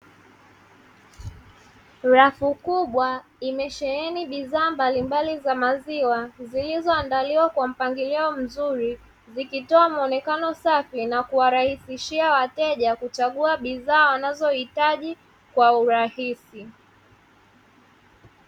Rafu kubwa imesheheni bidhaa mbalimbali za maziwa zilizoandaliwa kwa mpangilio mzuri, zikitoa muonekano safi na kuwarahisishia wateja kuchagua bidhaa wanazozihitaji kwa urahisi.